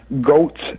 Goats